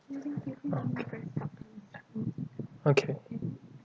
okay